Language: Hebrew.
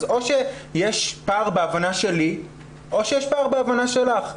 או שיש פער בהבנה שלי או שיש פער בהבנה שלך.